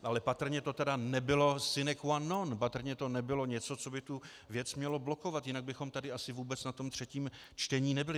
Ale patrně to tedy nebylo sine qua non, patrně to nebylo něco, co by tu věc mělo blokovat, jinak bychom tady asi vůbec na tom třetím čtení nebyli.